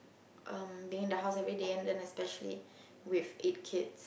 um being in the house everyday and then especially with eight kids